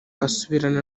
asubirana